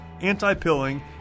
anti-pilling